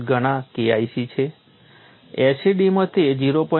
866 ગણા KIC છે SED માં તે 0